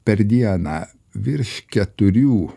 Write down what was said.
per dieną virš keturių